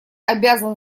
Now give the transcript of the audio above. обязан